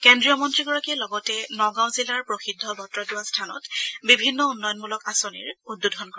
কেন্দ্ৰীয় গৃহমন্ত্ৰীগৰাকীয়ে লগতে নগাঁও জিলাৰ প্ৰসিদ্ধ বটদ্ৰৱা স্থানত বিভিন্ন উন্নয়নমূলক আঁচনিৰ উদ্বোধন কৰে